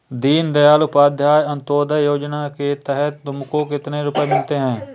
दीन दयाल उपाध्याय अंत्योदया योजना के तहत तुमको कितने रुपये मिलते हैं